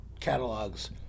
catalogs